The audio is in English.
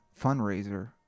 fundraiser